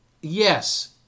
yes